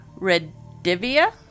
Redivia